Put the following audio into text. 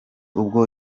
ubwo